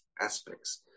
aspects